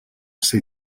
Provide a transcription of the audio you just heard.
ser